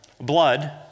Blood